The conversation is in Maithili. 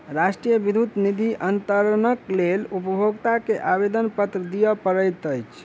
राष्ट्रीय विद्युत निधि अन्तरणक लेल उपभोगता के आवेदनपत्र दिअ पड़ैत अछि